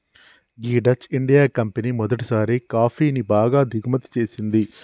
గీ Dutch India company మొదటిసారి కాఫీని బాగా దిగుమతి చేసింది